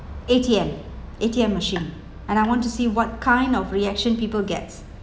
A_T_M A_T_M machine and I want to see what kind of reaction people gets